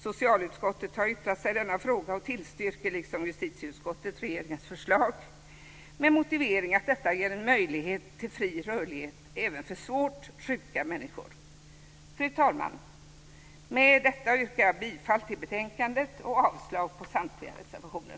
Socialutskottet har yttrat sig i denna fråga och tillstyrker, liksom justitieutskottet, regeringens förslag med motiveringen att detta ger en möjlighet till fri rörlighet även för svårt sjuka människor. Fru talman! Med detta yrkar jag bifall till hemställan i betänkandet och avslag på samtliga reservationer.